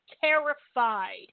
terrified